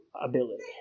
ability